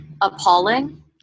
appalling